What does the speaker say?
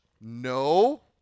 no